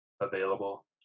available